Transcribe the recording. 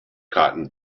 cotton